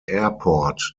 airport